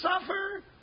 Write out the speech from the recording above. suffer